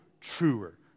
truer